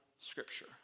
scripture